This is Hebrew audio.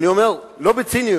אני אומר לא בציניות,